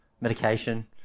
medication